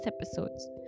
episodes